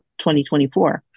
2024